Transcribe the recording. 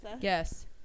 Yes